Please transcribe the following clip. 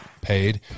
paid